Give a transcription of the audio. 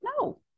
No